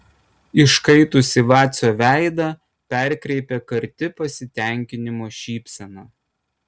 iškaitusį vacio veidą perkreipia karti pasitenkinimo šypsena